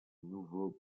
nouveau